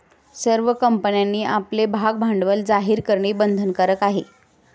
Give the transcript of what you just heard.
सर्व कंपन्यांनी आपले भागभांडवल जाहीर करणे बंधनकारक आहे